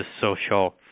social